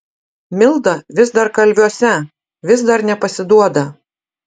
milda vis dar kalviuose vis dar nepasiduoda